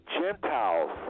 Gentiles